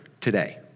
today